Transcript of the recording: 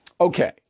Okay